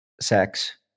sex